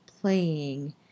playing